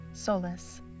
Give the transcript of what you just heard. Solace